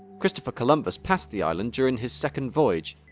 christopher columbus passed the island during his second voyage,